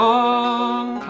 Long